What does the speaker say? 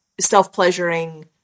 self-pleasuring